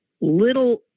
little